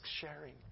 sharing